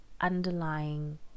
underlying